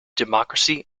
democracy